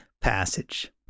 passage